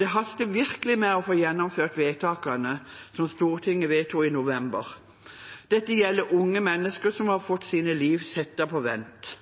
Det haster virkelig med å få gjennomført det Stortinget vedtok i november. Dette gjelder unge mennesker som har fått sine liv satt på vent.